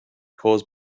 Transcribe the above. caused